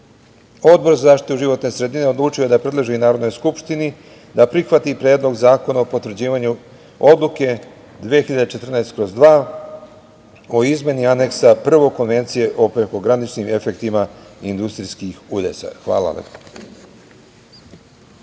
Odbor za zaštitu životne sredine odlučio je da predloži Narodnoj skupštini da prihvati Predlog zakona o potvrđivanju odluke 2014/2 o izmeni Aneksa 1 Konvencije o prekograničnim efektima industrijskih udesa. Hvala.